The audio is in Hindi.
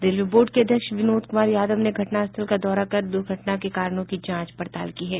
रेलवे बोर्ड के अध्यक्ष विनोद कुमार यादव ने घटनास्थल का दौरा कर द्र्घटना के कारणों की जांच पड़ताल की है